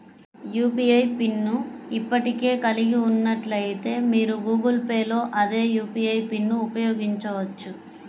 UPI pin ను ఇప్పటికే కలిగి ఉన్నట్లయితే, మీరు గూగుల్ పే లో అదే యూ.పీ.ఐ పిన్ను ఉపయోగించవచ్చు